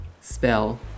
spell